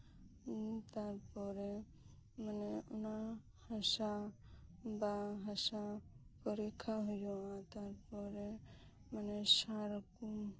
ᱛᱟᱯᱚᱨᱮ ᱢᱟᱱᱮ ᱚᱱᱟ ᱦᱟᱥᱟ ᱯᱚᱨᱤᱠᱠᱷᱟ ᱦᱩᱭᱩᱜᱼᱟ ᱢᱟᱱᱮ ᱥᱟᱨ ᱠᱚ